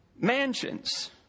mansions